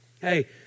Hey